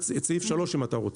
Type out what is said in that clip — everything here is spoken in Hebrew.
את סעיף 3 אם אתה רוצה.